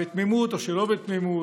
בתמימות או שלא בתמימות,